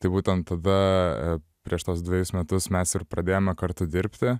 tai būtent tada prieš tuos dvejus metus mes ir pradėjome kartu dirbti